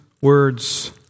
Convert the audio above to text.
words